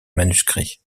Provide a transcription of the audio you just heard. manuscrits